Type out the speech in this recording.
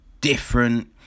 Different